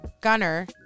Gunner